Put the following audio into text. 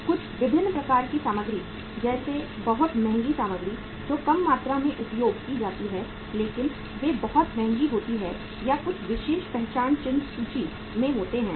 कुछ विभिन्न प्रकार की सामग्री जैसे बहुत महंगी सामग्री जो कम मात्रा में उपयोग की जाती है लेकिन वे बहुत महंगी होती हैं या कुछ विशेष पहचान चिह्न सूची में होते हैं